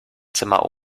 zimmer